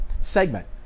segment